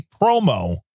promo